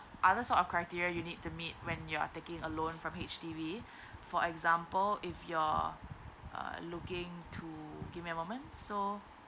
other sort of criteria you need to meet when you are taking alone from H_D_B for example if you're uh looking to give me a moment so